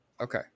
Okay